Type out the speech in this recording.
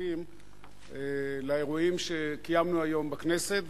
שותפים לאירועים שקיימנו היום בכנסת,